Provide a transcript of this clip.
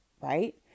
right